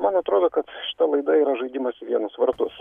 man atrodo kad šita laida yra žaidimas į vienus vartus